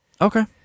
Okay